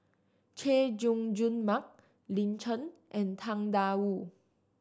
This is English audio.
Chay Jung Jun Mark Lin Chen and Tang Da Wu